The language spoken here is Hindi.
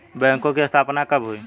बैंकों की स्थापना कब हुई?